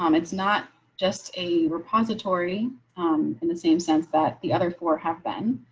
um it's not just a repository in the same sense that the other for half ben.